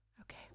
Okay